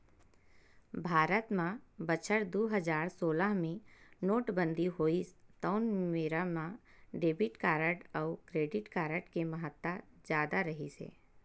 भारत म बछर दू हजार सोलह मे नोटबंदी होइस तउन बेरा म डेबिट कारड अउ क्रेडिट कारड के महत्ता जादा रिहिस हे